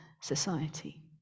society